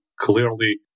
clearly